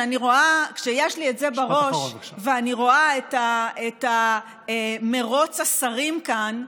כשיש לי את זה בראש ואני רואה את מרוץ השרים כאן,